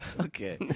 Okay